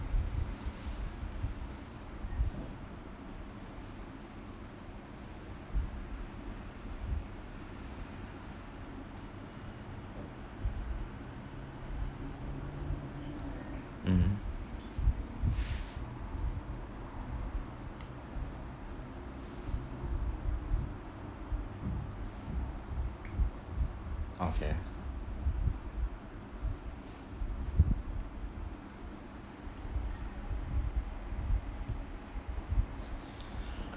mmhmm